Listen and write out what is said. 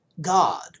God